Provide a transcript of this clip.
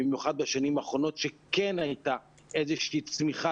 במיוחד בשנים האחרונות שכן הייתה איזושהי צמיחה